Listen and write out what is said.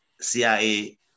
CIA